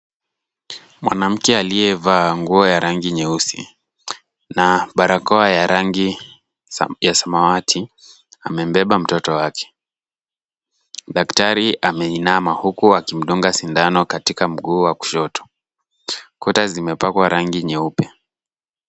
Mwanamke aliyevaa nguo ya rangi nyeusi, na barakoa ya rangi ya samawati, amembeba mtoto wake. Daktari ameninama huku akimdunga sindano katika mguu wa mtoto. Kuta zimepakwa rangi nyeupe.